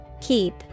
Keep